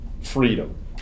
freedom